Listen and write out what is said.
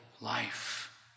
life